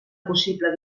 possible